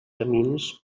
camins